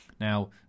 Now